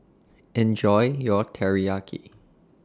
Enjoy your Teriyaki